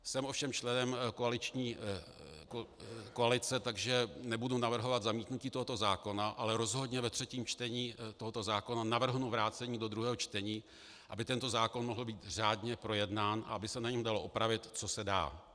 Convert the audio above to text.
Jsem ovšem členem koalice, takže nebudu navrhovat zamítnutí zákona, ale rozhodně ve třetím čtení tohoto zákona navrhnu vrácení do druhého čtení, aby zákon mohl být řádně projednán a aby se na něm dalo opravit, co se dá.